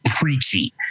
preachy